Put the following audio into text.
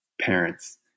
parents